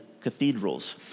Cathedrals